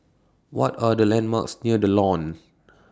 What Are The landmarks near The Lawn